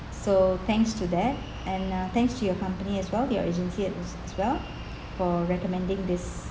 so thanks to that and um thanks to you company as well your agency as as well for recommending this